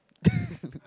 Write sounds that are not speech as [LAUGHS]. [LAUGHS]